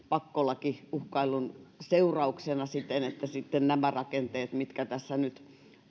pakkolakiuhkailun seurauksena siten että nämä rakenteet mitkä tässä nyt